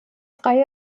drei